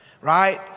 right